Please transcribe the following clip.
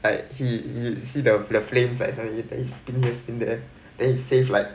like he he see the the flame like suddenly spin here spin there then he save like five